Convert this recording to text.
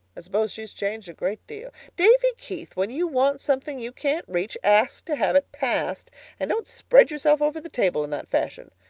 i suppose she has changed a great deal davy keith, when you want something you can't reach, ask to have it passed and don't spread yourself over the table in that fashion.